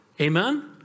Amen